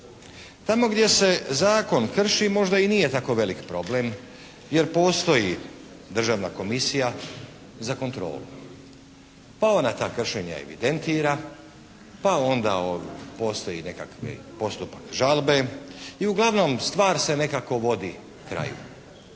Tamo gdje se zakon krši možda i nije tako velik problem jer postoji Državna komisija za kontrolu, pa ona ta kršenja evidentira, pa onda postoji nekakvi postupak žalbe i uglavnom stvar se nekako vodi kraju.